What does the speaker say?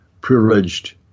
Privileged